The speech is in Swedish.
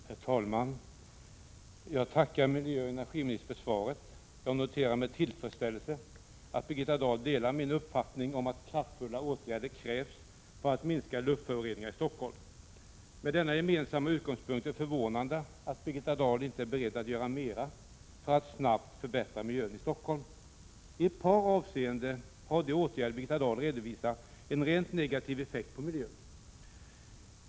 Herr talman! Jag tackar miljöoch energiministern för svaret. Jag noterar med tillfredsställelse att Birgitta Dahl delar min uppfattning att kraftfulla åtgärder krävs för att minska luftföroreningarna i Stockholm. Från denna gemensamma utgångspunkt är det förvånande att Birgitta Dahlinte är beredd att göra mera för att snabbt förbättra miljön i Stockholm. I ett par avseenden har de åtgärder Birgitta Dahl redovisar en rent negativ effekt på miljön.